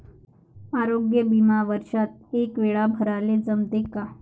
आरोग्य बिमा वर्षात एकवेळा भराले जमते का?